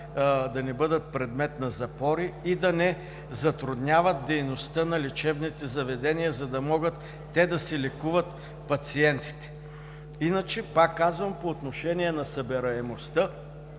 да не бъдат предмет на запори и да не затрудняват дейността на лечебните заведения, за да могат те да си лекуват пациентите. Пак казвам: по отношение на събираемостта